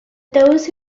those